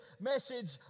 message